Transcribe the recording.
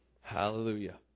Hallelujah